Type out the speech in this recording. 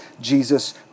Jesus